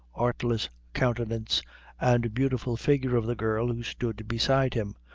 artless countenance and beautiful figure of the girl who stood beside him,